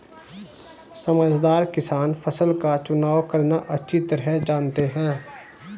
समझदार किसान फसल का चुनाव करना अच्छी तरह जानते हैं